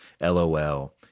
LOL